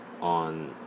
On